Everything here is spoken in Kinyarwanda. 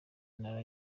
ntara